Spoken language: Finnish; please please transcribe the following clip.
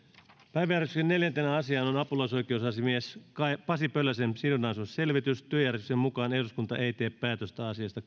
päiväjärjestyksen neljäntenä asiana on apulaisoikeusasiamies pasi pölösen sidonnaisuusselvitys työjärjestyksen mukaan eduskunta ei tee päätöstä asiasta